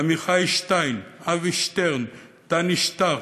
עמיחי שטיין, אבי שטרן, דני שטרק,